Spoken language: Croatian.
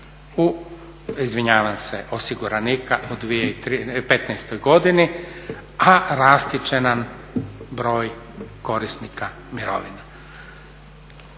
osiguranika u 2015.godini, a rasti će nam broj korisnika mirovina.